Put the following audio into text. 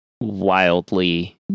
Wildly